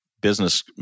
business